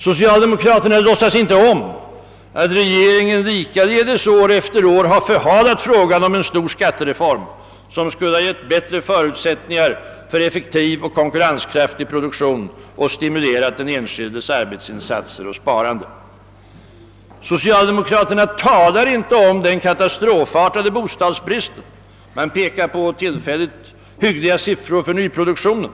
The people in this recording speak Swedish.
Socialdemokraterna låtsas inte om att regeringen likaledes år efter år har förhalat frågan om en stor skattereform, som skulle ha gett bättre förutsättningar för effektiv och konkurrenskraftig produktion och stimulerat den enskildes arbetsinsatser och sparande. Socialdemokraterna talar inte om den katastrofartade bostadsbristen. Man pekar på tillfälligt hyggliga siffror för nyproduktionen.